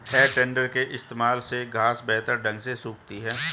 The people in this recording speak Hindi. है टेडर के इस्तेमाल से घांस बेहतर ढंग से सूखती है